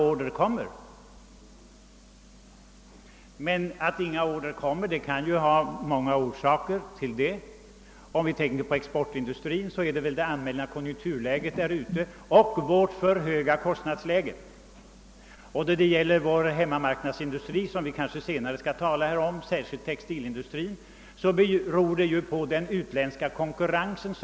Att inga order kommer kan ju ha många orsaker. Vad exporten beträffar spelar det allmänna konjunkturläget och vårt för höga kostnadsläge in. Och då det gäller vår hemmamarknad, som vi kanske senare skall tala om — särskilt textilindustrin är ju orsaken den utländska konkurrensen.